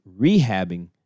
rehabbing